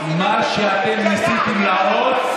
מה שאתם ניסיתם להרוס,